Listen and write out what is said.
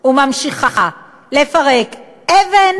וממשיכה לפרק אבן